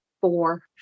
four